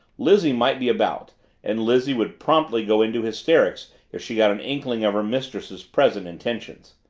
lizzie might be about and lizzie would promptly go into hysterics if she got an inkling of her mistress's present intentions.